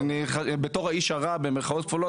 בתור "האיש הרע" במירכאות כפולות,